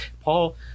Paul